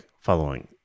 following